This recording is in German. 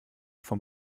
vom